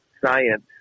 science